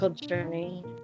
journey